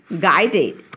guided